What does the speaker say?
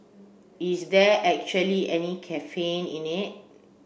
is there actually any caffeine in it